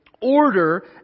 order